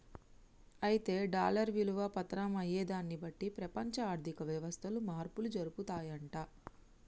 అయితే డాలర్ విలువ పతనం అయ్యేదాన్ని బట్టి ప్రపంచ ఆర్థిక వ్యవస్థలు మార్పులు జరుపుతాయంట